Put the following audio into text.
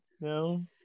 no